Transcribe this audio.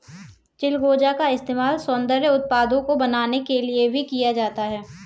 चिलगोजा का इस्तेमाल सौन्दर्य उत्पादों को बनाने के लिए भी किया जाता है